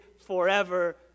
forever